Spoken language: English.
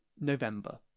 November